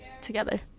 Together